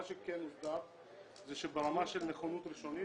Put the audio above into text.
מה שכן הושג זה שברמה של נכונות ראשונית,